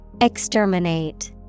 Exterminate